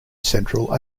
central